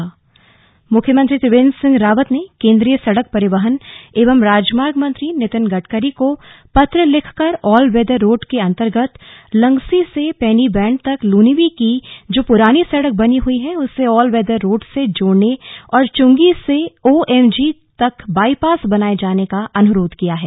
slug Nitin Gadkari मुख्यमंत्री त्रिवेन्द्र सिंह रावत ने केन्द्रीय सड़क परिवहन एवं राजमार्ग मंत्री नितिन गडकरी को पत्र लिखकर ऑल वेदर रोड के अन्तर्गत लंगसी से पैनी बैंड तक लोनिवि की जो पुरानी सड़क बनी हई है उसे ऑल वेदर रोड से जोड़ने और चुंगी से ओ एम जी तक बाईपास बनाये जाने का अनुरोध किया है